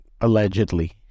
allegedly